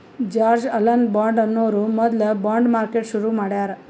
George Alan Bond ಅನ್ನೋರು ಮೊದ್ಲ bond market ಶುರು ಮಾಡ್ಯಾರ್